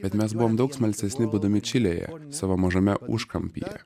bet mes buvom daug smalsesni būdami čilėje savo mažame užkampyje